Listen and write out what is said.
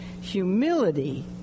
humility